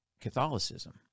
Catholicism